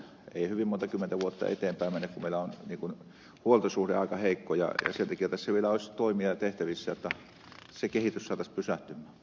ei hyvin montaa kymmentä vuotta eteenpäin mene kun meillä on huoltosuhde aika heikko ja sen takia tässä vielä olisi toimia tehtävissä jotta se kehitys saataisiin pysähtymään